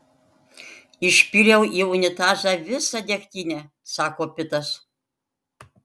išpyliau į unitazą visą degtinę sako pitas